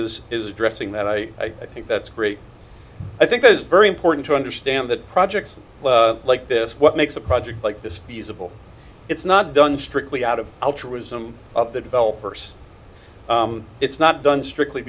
is is addressing that i think that's great i think is very important to understand that projects like this what makes a project like this feasible it's not done strictly out of altruism of the developers it's not done strictly